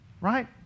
Right